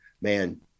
man